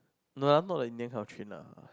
no lah I'm not like Indian kind of train lah